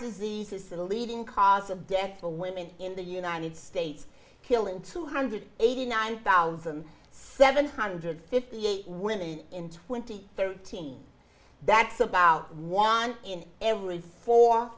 disease is the leading cause of death for women in the united states killing two hundred eighty nine thousand seven hundred fifty eight women in twenty thirteen that's about one in every four